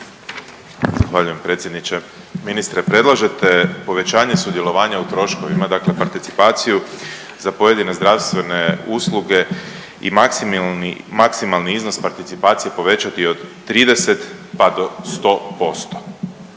Zahvaljujem predsjedniče. Ministre predlažete povećanje sudjelovanja u troškovima, dakle participaciju za pojedine zdravstvene usluge i maksimalni iznos participacije povećati od 30 pa do 100%.